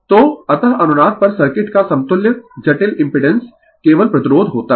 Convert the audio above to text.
तो अतः अनुनाद पर सर्किट का समतुल्य जटिल इम्पिडेंस केवल प्रतिरोध होता है